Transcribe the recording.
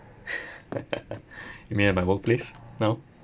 you mean at my workplace now